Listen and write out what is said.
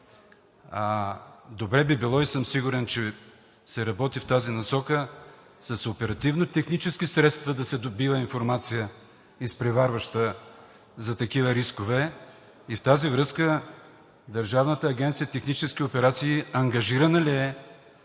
добре би било и съм сигурен, че се работи в тази насока – с оперативно технически средства да се добива информация, изпреварваща за такива рискове. Във връзка с това Държавната агенция „Технически операции“ ангажирана ли е